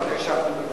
בבקשה.